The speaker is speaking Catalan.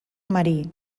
marí